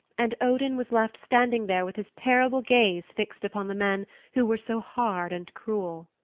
and odin was left standing there with his terrible gaze fixed upon the men who were so hard and cruel.